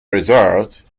result